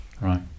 Right